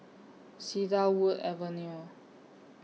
Cedarwood Avenue